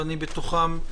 ואני בתוכם,